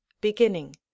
beginning